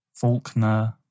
Faulkner